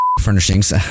Furnishings